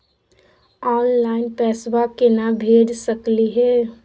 Online पैसवा केना भेज सकली हे?